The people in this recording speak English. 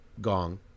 gong